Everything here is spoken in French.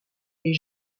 est